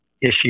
issue